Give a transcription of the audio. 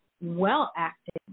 well-acted